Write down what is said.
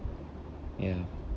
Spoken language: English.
ya